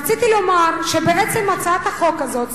רציתי לומר שבעצם הצעת החוק הזאת,